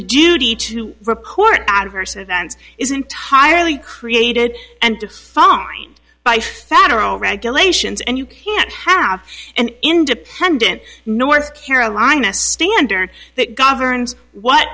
duty to report adverse events is entirely created and to find by federal regulations and you can't have an independent north carolina standard that governs what